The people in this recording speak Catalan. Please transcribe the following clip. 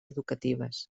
educatives